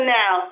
now